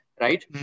Right